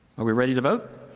are we ready to vote?